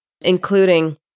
including